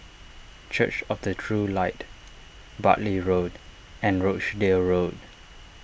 Church of the True Light Bartley Road and Rochdale Road